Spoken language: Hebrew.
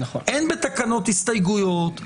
אין בתקנות הסתייגויות,